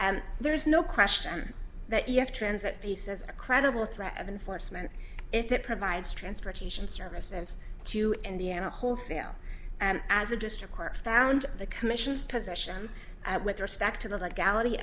there is no question that you have transit piece as a credible threat of enforcement if it provides transportation services to indiana wholesale and as a district court found the commissions position with respect to the gal